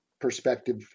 perspective